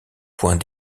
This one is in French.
point